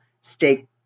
Stay